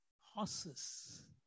horses